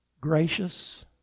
gracious